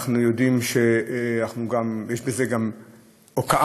אנחנו יודעים שיש בזה גם הוקעה